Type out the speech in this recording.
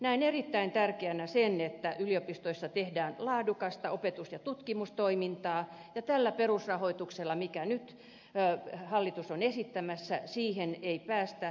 näen erittäin tärkeänä sen että yliopistoissa tehdään laadukasta opetus ja tutkimustoimintaa ja tällä perusrahoituksella mitä hallitus nyt on esittämässä siihen ei päästä